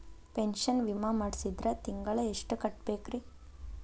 Pension ವಿಮಾ ಮಾಡ್ಸಿದ್ರ ತಿಂಗಳ ಎಷ್ಟು ಕಟ್ಬೇಕ್ರಿ?